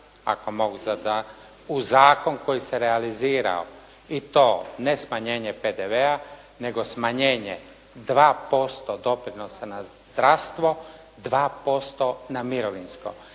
ne razumije./ … u zakon koji se realizirao i to ne smanjenje PDV-a, nego smanjenje 2% doprinosa na zdravstvo, 2% na mirovinsko